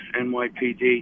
NYPD